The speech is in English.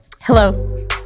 Hello